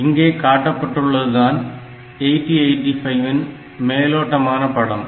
இங்கே காட்டப்பட்டுள்ளது தான் 8085 இன் மேலோட்டமான படம்